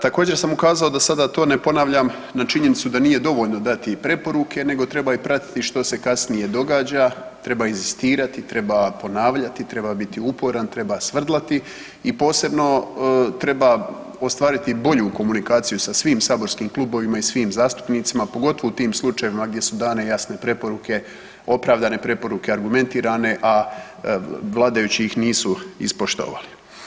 Također sam ukazao da sada to ne ponavljam na činjenicu da nije dovoljno dati preporuke, nego treba i pratiti što se kasnije događa, treba inzistirati, treba ponavljati, treba biti uporan, treba svrdlati i posebno treba ostvariti bolju komunikaciju sa svim saborskim klubovima i svim zastupnicima pogotovo u tim slučajevima gdje su dane jasne preporuke, opravdane preporuke, argumentirane, a vladajući ih nisu ispoštovali.